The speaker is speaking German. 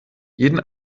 jeden